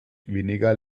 weniger